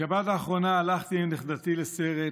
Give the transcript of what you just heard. בשבת האחרונה הלכתי עם נכדתי לסרט,